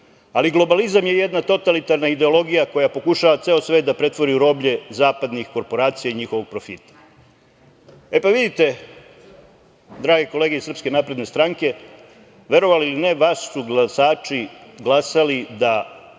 ali globalizam je jedna totalitarna ideologija koja pokušava ceo svet da pretvori u roblje zapadnih korporacija i njihovog profita.E, pa vidite, drage kolege iz SNS, verovali ili ne, vas su glasači glasali da